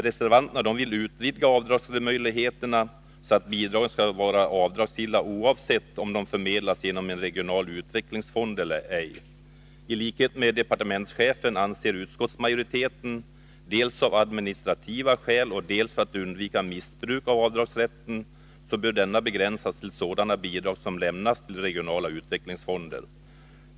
Reservanterna vill utvidga avdragsmöjligheterna, så att bidrag skall vara avdragsgilla oavsett om de förmedlas genom en regional utvecklingsfond eller ej. I likhet med departementschefen anser utskottsmajoriteten att avdragsrätten, dels av administrativa skäl och dels för att undvika missbruk, bör begränsas till sådana bidrag som lämnas till regionala utvecklingsfonder.